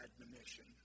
admonition